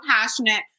passionate